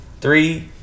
three